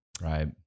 Right